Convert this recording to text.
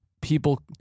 people